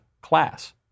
class